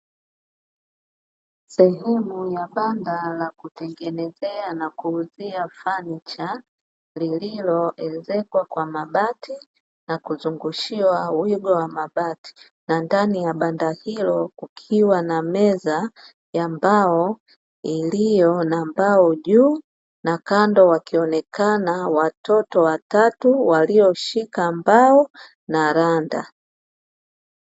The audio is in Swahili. Sehemu ya banda la kutengenezea na kuuzia fanicha, lililoezekwa kwa mabati na kuzungushiwa wigo wa mabati na ndani ya banda hilo kukiwa na meza ya mbao iliyo na mbao juu, na kando wakionekana watoto watatu walioshika mbao na randa.